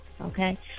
okay